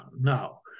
now